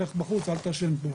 לך בחוץ אל תעשן פה.